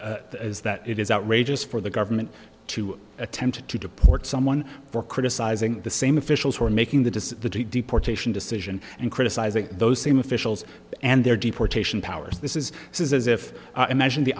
is that it is outrageous for the government to attempt to deport someone for criticizing the same officials who are making the decision the deportation decision and criticizing those same officials and their deportation powers this is this is as if imagine the